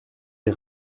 les